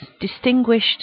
distinguished